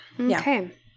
Okay